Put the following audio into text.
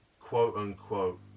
quote-unquote